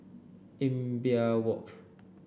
Imbiah Walk